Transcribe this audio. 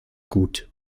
gut